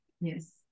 yes